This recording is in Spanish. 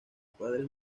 padre